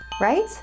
Right